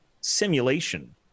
simulation